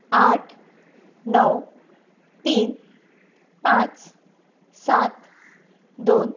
आठ णव तीन पांच सात दोन